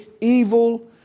evil